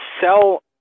sell